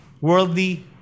worldly